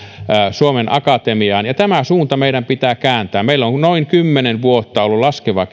suomen akatemiaan tämä suunta meidän pitää kääntää meillä on noin kymmenen vuotta ollut laskeva